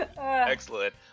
Excellent